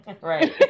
right